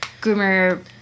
groomer